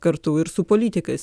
kartu ir su politikais